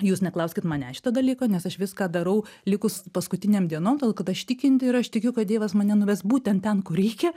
jūs neklauskit manęs šito dalyko nes aš viską darau likus paskutinėm dienom todėl kad aš tikinti ir aš tikiu kad dievas mane nuves būtent ten kur reikia